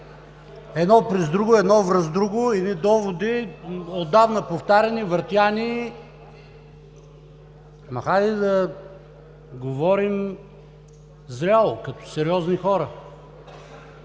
едно през друго, едно връз друго, едни доводи отдавна повтаряни, въртяни. Хайде да говорим зряло като сериозни хора,